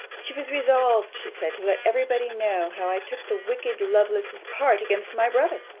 she was resolved, she said, to let every body know how i took the wicked lovelace's part against my brother.